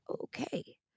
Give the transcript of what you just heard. okay